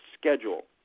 Schedule